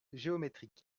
géométrique